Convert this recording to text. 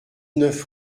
neuf